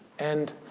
and,